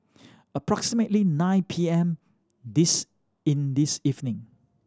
approximately nine P M this in this evening